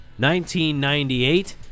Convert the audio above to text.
1998